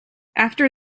after